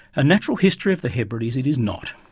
a natural history of the hebrides it is not.